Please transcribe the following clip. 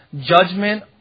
judgment